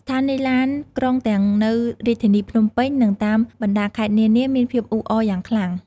ស្ថានីយ៍ឡានក្រុងទាំងនៅរាជធានីភ្នំពេញ និងតាមបណ្តាខេត្តនានាមានភាពអ៊ូអរយ៉ាងខ្លាំង។